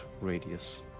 radius